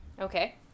Okay